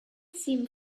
seemed